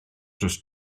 dros